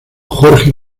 jorge